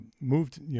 moved